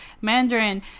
Mandarin